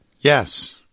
Yes